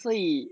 所以